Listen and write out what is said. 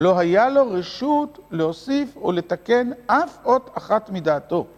לא היה לו רשות להוסיף או לתקן אף אות אחת מדעתו.